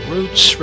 Roots